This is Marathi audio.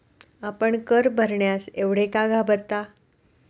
आपण कर भरण्यास एवढे का घाबरता?